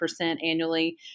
annually